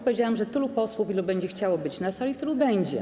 Powiedziałam, że tylu posłów, ilu będzie chciało być na sali, na niej będzie.